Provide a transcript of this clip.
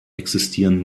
existierten